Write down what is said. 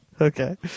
Okay